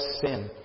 sin